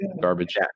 garbage